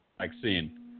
vaccine